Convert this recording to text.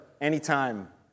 anytime